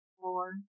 four